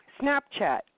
Snapchat